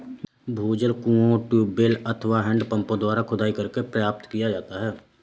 भूजल कुओं, ट्यूबवैल अथवा हैंडपम्पों द्वारा खुदाई करके प्राप्त किया जाता है